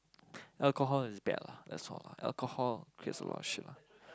alcohol is bad lah that's all lah alcohol creates a lot of shit lah